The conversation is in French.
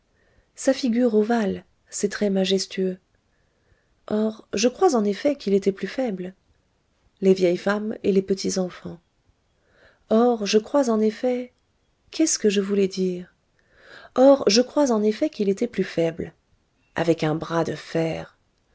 sa figure ovale ses traits majestueux or je crois en effet qu'il était plus faible les vieilles femmes et les petits enfants or je crois en effet qu'est-ce que je voulais dire or je crois en effet qu'il était plus faible avec un bras de fer